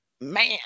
Man